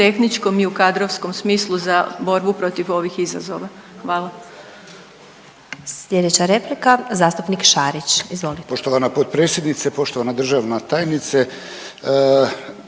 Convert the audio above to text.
i u kadrovskom smislu za borbu protiv ovih izazova. Hvala.